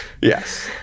Yes